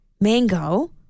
Mango